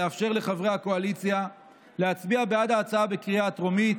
לאפשר לחברי הקואליציה להצביע בעד ההצעה בקריאה טרומית.